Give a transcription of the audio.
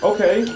Okay